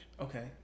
okay